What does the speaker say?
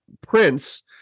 Prince